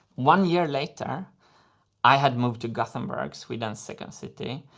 one year later i had moved to gothenburg, sweden's second city,